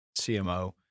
CMO